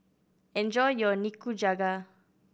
enjoy your Nikujaga